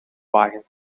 wagen